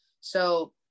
So-